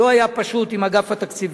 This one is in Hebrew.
לא היה פשוט עם אגף התקציבים.